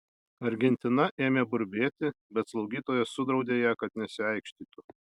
argentina ėmė burbėti bet slaugytoja sudraudė ją kad nesiaikštytų